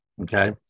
Okay